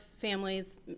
families